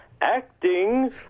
acting